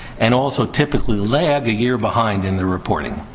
and also, typically, land a year behind in the reporting.